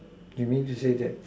you mean to say that